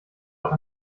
auch